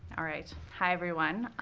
all right. hi everyone.